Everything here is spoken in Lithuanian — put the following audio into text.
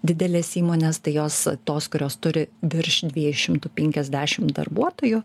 didelės įmonės tai jos tos kurios turi virš dviejų šimtų penkiasdešim darbuotojų